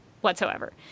whatsoever